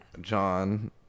John